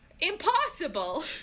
impossible